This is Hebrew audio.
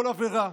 כל עבירה,